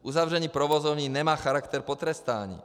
Uzavření provozovny nemá charakter potrestání.